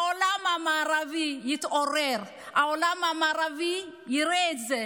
שהעולם המערבי יתעורר, שהעולם המערבי יראה את זה.